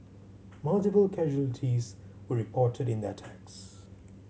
multiple casualties were reported in the attacks